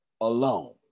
alone